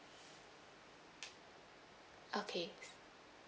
okay